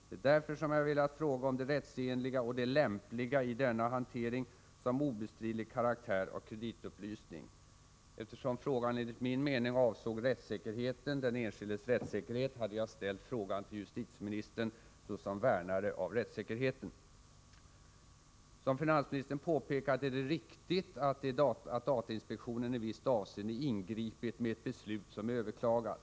Det är därför jag velat fråga om det rättsenliga och lämpliga i denna hantering, som har obestridlig karaktär av kreditupplysning. Eftersom frågan enligt min mening avsåg den enskildes rättssäkerhet ställde jag den till justitieministern, såsom värnare av denna. Det är riktigt som finansministern påpekar, att datainspektionen i visst avseende ingripit och avgivit ett beslut, som är överklagat.